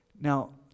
Now